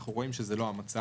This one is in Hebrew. אנחנו רואים שזה לא המצב.